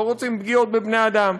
לא רוצים פגיעות בבני אדם,